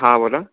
हां बोला